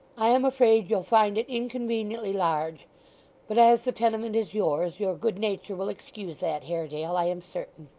i am afraid you'll find it inconveniently large but as the tenement is yours, your good-nature will excuse that, haredale, i am certain